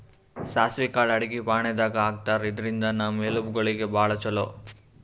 ಸಾಸ್ವಿ ಕಾಳ್ ಅಡಗಿ ಫಾಣೆದಾಗ್ ಹಾಕ್ತಾರ್, ಇದ್ರಿಂದ್ ನಮ್ ಎಲಬ್ ಗೋಳಿಗ್ ಭಾಳ್ ಛಲೋ